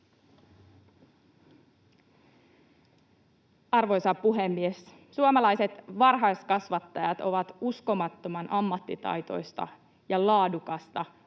Arvoisa puhemies! Suomalaiset varhaiskasvattajat ovat uskomattoman ammattitaitoista ja laadukasta